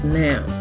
now